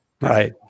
right